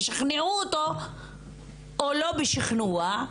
שישכנעו אותו או לא בשכנוע,